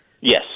Yes